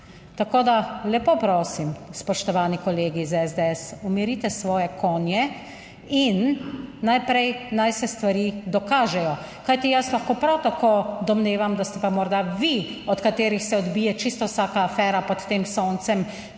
Tako lepo prosim, spoštovani kolegi iz SDS, umirite svoje konje. Najprej naj se stvari dokažejo. Kajti jaz lahko prav tako domnevam, da ste pa morda vi, od katerih se odbije čisto vsaka afera pod tem soncem,